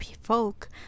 folk